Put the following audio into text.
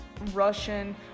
Russian-